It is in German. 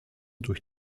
durch